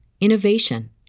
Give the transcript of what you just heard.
innovation